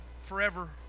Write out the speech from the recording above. forever